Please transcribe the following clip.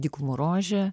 dykumų rožė